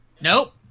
nope